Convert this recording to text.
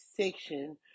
section